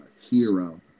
hero